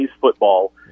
football